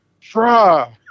try